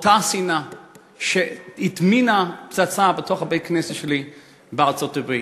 אותה שנאה שהטמינה פצצה בתוך בית-הכנסת שלי בארצות-הברית.